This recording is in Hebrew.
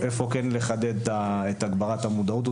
איפה צריך לחדד את הגברת המודעות,